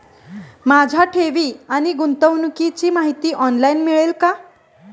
माझ्या ठेवी आणि गुंतवणुकीची माहिती ऑनलाइन मिळेल का?